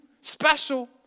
special